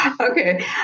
Okay